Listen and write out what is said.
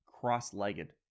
cross-legged